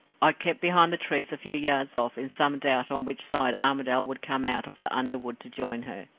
i kept behind the trees a few yards off, in some doubt on which side armadale would come out of the under-wood to join her.